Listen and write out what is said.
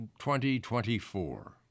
2024